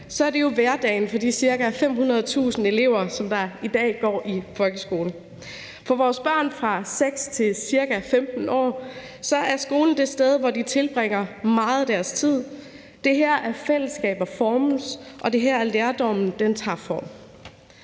så er det hverdagen for de ca. 500.000 elever, som i dag går i folkeskole. For vores børn fra 6 år til ca. 15 år er skolen det sted, hvor de tilbringer meget af deres tid. Det er her, fællesskaber formes, og det er her, lærdommen tager form.